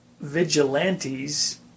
vigilantes